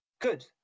good